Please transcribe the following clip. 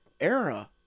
era